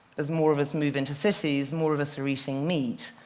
as more of us move into cities, more of us are eating meat,